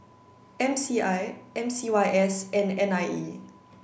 M C I M C Y S and N I E